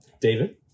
David